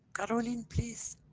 caroline please.